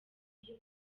iyo